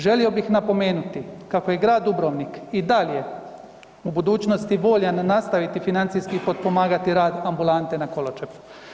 Želio bih napomenuti kako je grad Dubrovnik i dalje u budućnosti voljan nastaviti financijski potpomagati rad ambulante na Koločepu.